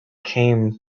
came